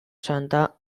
santa